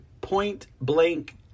point-blank